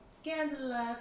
scandalous